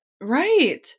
Right